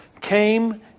came